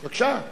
בבקשה.